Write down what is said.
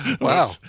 Wow